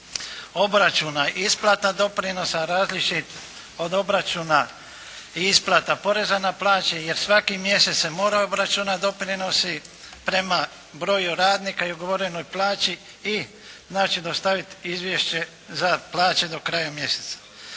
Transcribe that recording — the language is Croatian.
obračuna i isplata doprinosa različit od obračuna i isplata poreza na plaće, jer svaki mjesec se moraju obračunati doprinosi prema broju radnika i ugovorenoj plaći i znači dostaviti izvješće za plaće do kraja mjeseca.